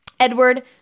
Edward